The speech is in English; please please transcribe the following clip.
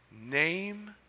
name